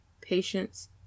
patience